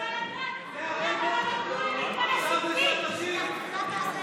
אני רוצה לדעת למה לא נתנו לי להיכנס עם תיק.